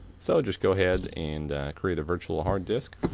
so just go ahead and create a virtual hard disk.